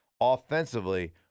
Offensively